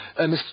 Mr